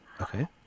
Okay